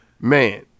man